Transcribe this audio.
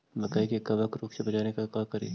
मकई के कबक रोग से बचाबे ला का करि?